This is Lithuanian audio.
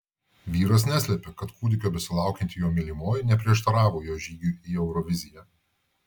vyras neslėpė kad kūdikio besilaukianti jo mylimoji neprieštaravo jo žygiui į euroviziją